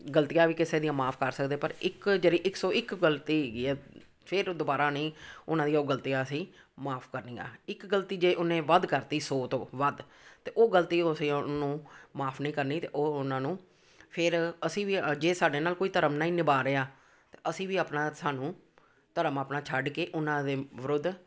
ਗਲਤੀਆਂ ਵੀ ਕਿਸੇ ਦੀਆਂ ਮਾਫ਼ ਕਰ ਸਕਦੇ ਪਰ ਇੱਕ ਜਿਹੜੀ ਇੱਕ ਸੌ ਇੱਕ ਗਲਤੀ ਹੈਗੀ ਆ ਫਿਰ ਉਹ ਦੁਬਾਰਾ ਨਹੀਂ ਉਹਨਾਂ ਦੀ ਉਹ ਗਲਤੀਆਂ ਅਸੀਂ ਮਾਫ਼ ਕਰਨੀਆਂ ਇੱਕ ਗਲਤੀ ਜੇ ਉਹਨੇ ਵੱਧ ਕਰਤੀ ਸੌ ਤੋਂ ਵੱਧ ਤਾਂ ਉਹ ਗਲਤੀ ਅਸੀਂ ਉਹਨੂੰ ਮਾਫ਼ ਨਹੀਂ ਕਰਨੀ ਅਤੇ ਉਹ ਉਹਨਾਂ ਨੂੰ ਫਿਰ ਅਸੀਂ ਵੀ ਜੇ ਸਾਡੇ ਨਾਲ ਕੋਈ ਧਰਮ ਨਹੀਂ ਨਿਭਾ ਰਿਹਾ ਅਸੀਂ ਵੀ ਆਪਣਾ ਸਾਨੂੰ ਧਰਮ ਆਪਣਾ ਛੱਡ ਕੇ ਉਹਨਾਂ ਦੇ ਵਿਰੁੱਧ